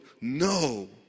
no